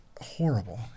horrible